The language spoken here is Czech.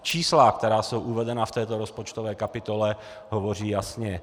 Čísla, která jsou uvedena v této rozpočtové kapitole, hovoří jasně.